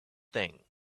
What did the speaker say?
thing